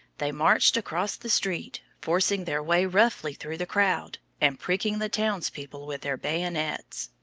they marched across the street, forcing their way roughly through the crowd, and pricking the townspeople with their bayonets.